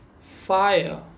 fire